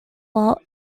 while